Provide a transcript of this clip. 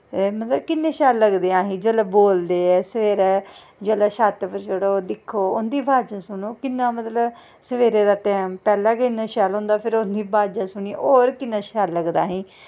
मतलब किन्ने शैल लगदे ऐं असेंगी जिसलै बोलदे ऐं जिसलै छत पर चढ़ो अवाजां सुनो किन्ना शैल सवेरे दा टैम पैह्लैं गै इन्ना शैल होंदा फिर उं'दी अवाजां सुनियै होर किन्ना शैल लगदा असेंगी